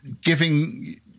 giving